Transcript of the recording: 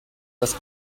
das